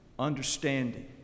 understanding